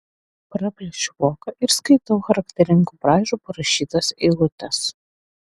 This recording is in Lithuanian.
praplėšiu voką ir skaitau charakteringu braižu parašytas eilutes